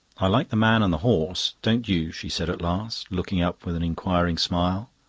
i like the man and the horse don't you? she said at last, looking up with an inquiring smile.